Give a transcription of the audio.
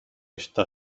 está